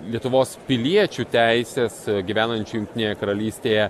lietuvos piliečių teisės gyvenančių jungtinėje karalystėje